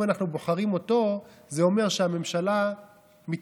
אם אנחנו בוחרים אותו זה אומר שהממשלה מתפזרת,